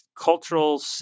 cultural